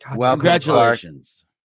congratulations